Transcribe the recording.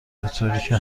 بطوریکه